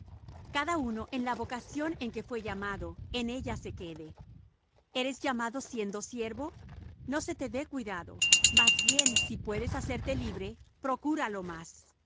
en la vocación en que fué llamado en ella se quede eres llamado siendo siervo no se te dé cuidado mas también si puedes hacerte libre procúralo más